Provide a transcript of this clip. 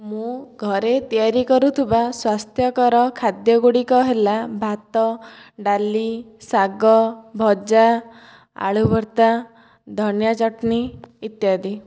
ମୁଁ ଘରେ ତିଆରି କରୁଥିବା ସ୍ଵାସ୍ଥ୍ୟକର ଖାଦ୍ୟଗୁଡ଼ିକ ହେଲା ଭାତ ଡାଲି ଶାଗ ଭଜା ଆଳୁ ଭର୍ତ୍ତା ଧନିଆ ଚଟଣୀ ଇତ୍ୟାଦି